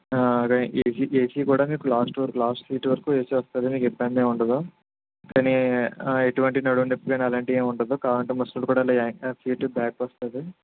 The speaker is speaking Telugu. ఏసీ ఏసీ కూడా మీకు లాస్ట్ వరకు లాస్ట్ సీట్ వరకు ఏసి వస్తుంది మీకు ఇబ్బంది ఏమి ఉండదు కానీ ఎటువంటి నడుము నొప్పులు అలాంటివేమి ఉండవు కావాలంటే ముసలోళ్ళు కూడా వెనక సీట్ బ్యాక్ వస్తుంది